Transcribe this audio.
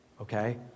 okay